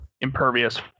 impervious